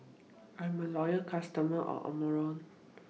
I'm A Loyal customer of Omron